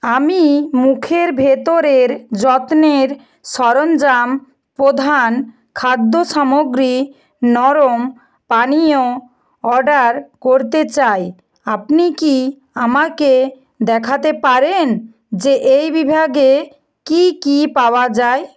আমি মুখের ভেতরের যত্নের সরঞ্জাম প্রধান খাদ্য সামগ্রী নরম পানীয় অর্ডার করতে চাই আপনি কি আমাকে দেখাতে পারেন যে এই বিভাগে কি কি পাওয়া যায়